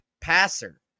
passer